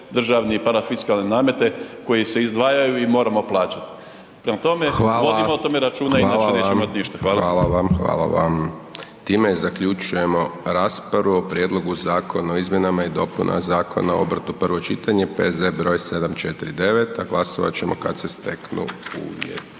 državnih parafiskalnih nameta koji se izdvajaju i moramo plaćat. Prema tome …/Upadica: Hvala./… vodimo o tome računa inače nećemo imati ništa. **Hajdaš Dončić, Siniša (SDP)** Hvala vam, hvala vam. Time zaključujemo raspravu o Prijedlogu Zakona o izmjenama i dopunama Zakona o obrtu, prvo čitanje, P.Z. broj 749, a glasovat ćemo kad se steknu uvjeti.